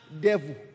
devil